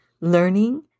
learning